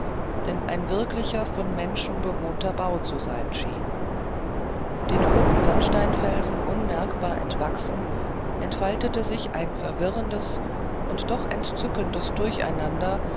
denn ein wirklicher von menschen bewohnter bau zu sein schien den roten sandsteinfelsen unmerkbar entwachsend entfaltete sich ein verwirrendes und doch entzückendes durcheinander